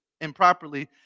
improperly